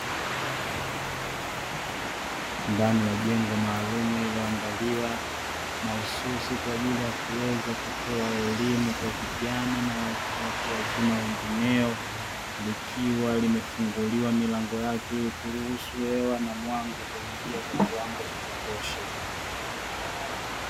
Ndani ya jengo maalumu lililoandaliwa mahususi kwa ajili ya kuweza kutoa elimu kwa vijana na watu wazima wengineo likiwa limefunguliwa milango yake ili kuruhusu hewa na mwanga kuingia kwa kiwango cha kutosha.